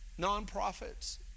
nonprofits